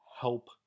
help